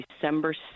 December